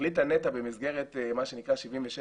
החליטה נת"ע במסגרת מה שנקרא 78-77,